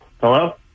Hello